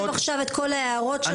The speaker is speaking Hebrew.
אם אנחנו מחשבים עכשיו את כל ההערות שלך,